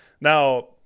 Now